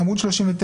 בעמוד 39,